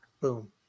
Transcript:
Boom